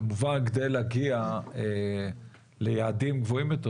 כמובן כדי להגיע ליעדים גבוהים יותר,